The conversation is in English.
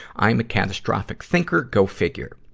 i'm a catastrophic thinker go figure.